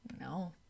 No